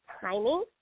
timing